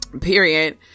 period